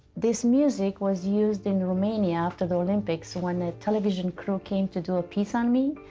this music was used in romania after the olympics when a television crew came to do a piece on me,